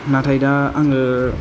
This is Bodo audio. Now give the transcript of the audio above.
नाथाय दा आङो